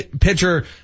pitcher